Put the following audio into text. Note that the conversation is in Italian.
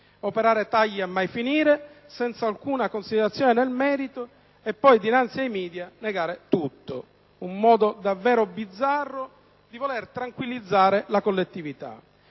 operare tagli a non finire, senza alcuna considerazione nel merito, e poi dinanzi ai *media* negare tutto. È un modo davvero bizzarro di tranquillizzare la collettività!